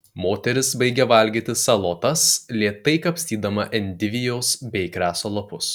moteris baigė valgyti salotas lėtai kapstydama endivijos bei kreso lapus